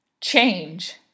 change